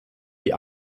die